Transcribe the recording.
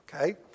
okay